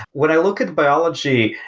when i look at biology,